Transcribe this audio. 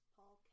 Paul